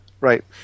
Right